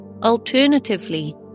Alternatively